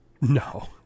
No